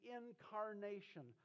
incarnation